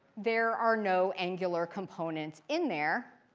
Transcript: there are no angular components in there.